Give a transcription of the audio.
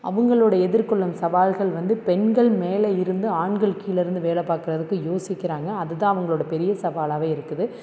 அவர்களோட எதிர்கொள்ளும் சவால்கள் வந்து பெண்கள் மேலே இருந்து ஆண்கள் கீழே இருந்து வேலை பார்க்குறதுக்கு யோசிக்கிறாங்க அதுதான் அவங்களோட பெரிய சவாலாகவே இருக்குது